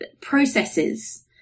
processes